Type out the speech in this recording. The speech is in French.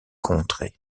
contrée